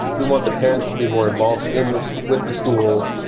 we want the parents to be more involved in this with the school,